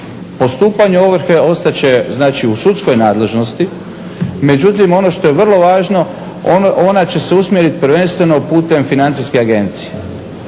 Postupanje ovrhe ostat će znači u sudskoj nadležnosti, međutim ono što je vrlo važno ona će se usmjeriti prvenstveno putem financijske agencije.